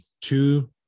two